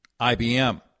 IBM